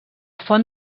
font